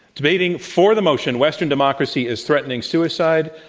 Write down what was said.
debating for the motion, western democracy is threatening suicide,